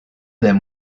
them